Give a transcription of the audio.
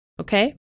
Okay